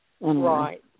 Right